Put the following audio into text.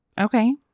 okay